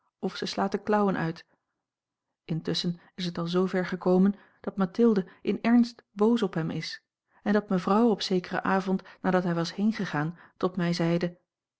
of zij slaat de klauwen uit intusschen is het al zoo ver gekomen dat mathilde in ernst boos op hem is en dat mevrouw op zekeren avond nadat hij was heengegaan tot mij zeide